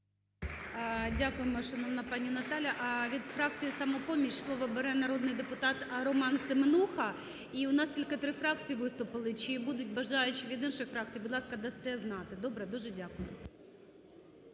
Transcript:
Дякуємо, шановна пані Наталія. Від фракції "Самопоміч" слово бере народний депутат Роман Семенуха. І у нас тільки три фракції виступили. Чи будуть бажаючі від інших фракцій? Будь ласка, дасте знати, добре? Дуже дякую.